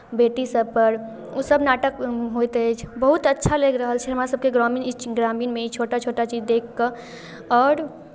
बेटी सभपर ओसभ नाटक होइत अछि बहुत अच्छा लागि रहल छै हमरासभके ग्रामीण इ ची ग्रामीणमे ई छोटा छोटा चीज देखि कऽ आओर